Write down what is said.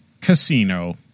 Casino